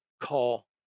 call